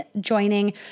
joining